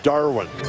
Darwin